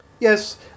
Yes